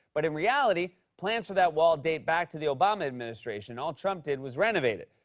but in reality, plans for that wall date back to the obama administration. all trump did was renovate it.